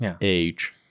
age